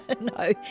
No